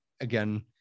again